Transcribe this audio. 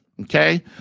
Okay